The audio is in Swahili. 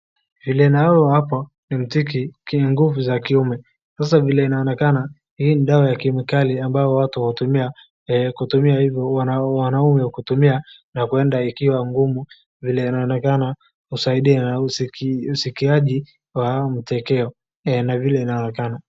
Vile naona hapo ni mtiki zina nguvu ya kiume. Sasa vile inaonekana hii ni dawa ya kemikali ambayo watu hutumia, kutumia hivi wanaume kutumia na kuenda ikiwa ngumu vile inaonekana husaidia na usikiaji wa haya matokeo vile inaonekana.